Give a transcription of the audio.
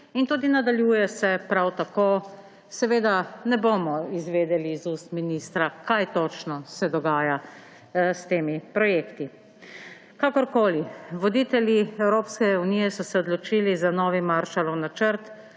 in tudi nadaljuje se prav tako. Seveda ne bomo izvedeli iz ust ministra, kaj točno se dogaja s temi projekti. Kakorkoli, voditelji Evropske unije so se odločili za nov Maršalov načrt